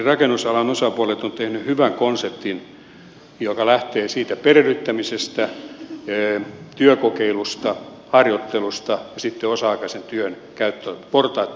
rakennusalan osapuolet ovat tehneet hyvän konseptin joka lähtee perehdyttämisestä työkokeilusta harjoittelusta ja sitten osa aikaisen työn portaittaisesta etenemisestä